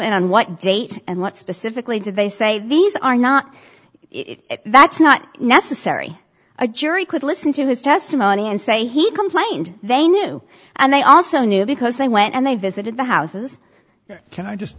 and on what date and what specifically did they say these are not that's not necessary a jury could listen to his testimony and say he complained they knew and they also knew because they went and they visited the houses can i just